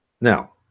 now